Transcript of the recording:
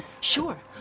Sure